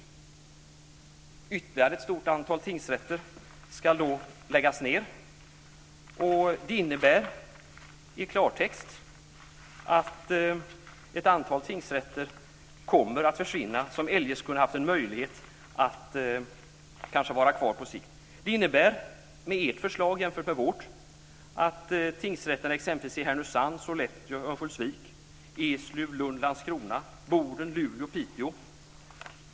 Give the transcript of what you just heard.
Ytterligare ett stort antal tingsrätter ska läggas ned. Det innebär i klartext att ett antal tingsrätter kommer att försvinna, som eljest kunde haft en möjlighet att vara kvar på sikt. Ert förslag påverkar exempelvis tingsrätterna i Härnösand, Sollefteå, Örnsköldsvik, Eslöv, Lund, Landskrona, Boden, Luleå, Piteå.